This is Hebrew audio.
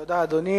תודה, אדוני.